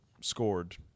scored